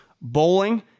Bowling